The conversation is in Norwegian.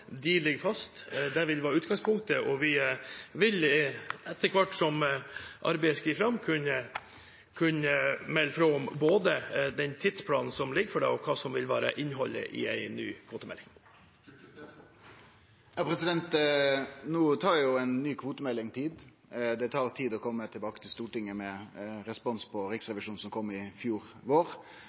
de ligger fast. Det vil være utgangspunktet, og vi vil etter hvert som arbeidet skrider fram, kunne melde fra om både den tidsplanen som foreligger for dette, og hva som vil være innholdet i en ny kvotemelding. Ei ny kvotemelding tar tid. Det tar tid å kome tilbake til Stortinget med respons på det Riksrevisjonen kom med i fjor vår.